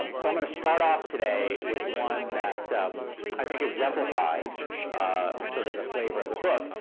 um so i'm going to start off today with one that i think exemplifies sort of the flavor of the book.